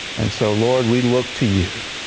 and so, lord, we look to you,